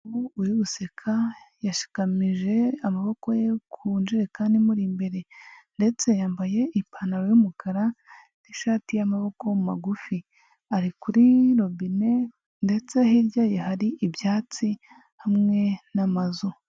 Umuhungu uri guseka yashikamije amaboko ye ku ijerekani imuri imbere ndetse yambaye ipantaro y'umukara n'ishati y'amaboko magufi, ari kuri robine ndetse hirya ye hari ibyatsi hamwe n'amazu.